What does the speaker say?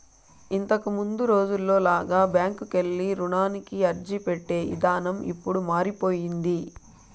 ఇంతకముందు రోజుల్లో లాగా బ్యాంకుకెళ్ళి రుణానికి అర్జీపెట్టే ఇదానం ఇప్పుడు మారిపొయ్యింది